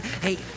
Hey